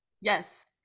yes